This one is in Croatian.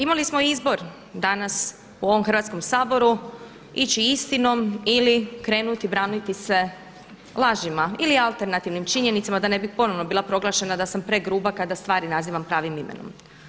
Imali smo izbor danas u ovom Hrvatskom saboru ići istinom ili krenuti, braniti se lažima ili alternativnim činjenicama da ne bih ponovno bila proglašena da sam pregruba kada stvari nazivam pravim imenom.